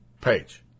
page